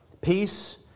Peace